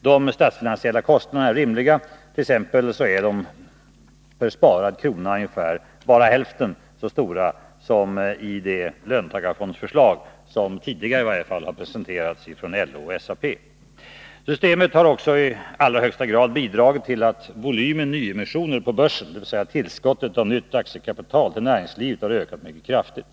De statsfinansiella kostnaderna är rimliga, t.ex. är de per sparad krona bara hälften så stora som i det löntagarfondsförslag som i varje fall tidigare presenterats från LO/SAP. Systemet har också i allra högsta grad bidragit till att volymen nyemissioner på börsen, dvs. tillskottet av aktiekapital till näringslivet, har ökat mycket kraftigt.